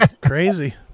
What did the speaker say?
Crazy